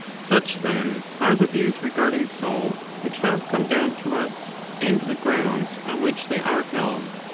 such, then, are the views regarding soul which have come down to us and the grounds on which they are held.